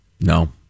No